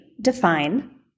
Define